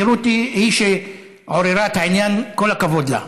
חרותי היא זו שעוררה את העניין, כל הכבוד לה.